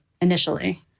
initially